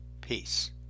Peace